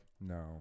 No